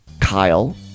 Kyle